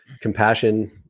compassion